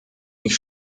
ich